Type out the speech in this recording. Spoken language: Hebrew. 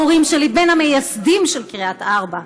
ההורים שלי בין המייסדים של קריית ארבע.